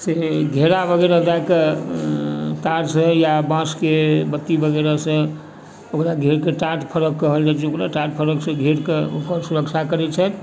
से घेरा वगैरह दए कऽ तारसँ या बाँसके बत्ती वगैरह सँ ओकरा घेरके टाट फरक कहल जाइ छै ओकरा टाट फरक सँ घेर कऽ ओकर सुरक्षा करै छथि